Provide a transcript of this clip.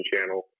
channel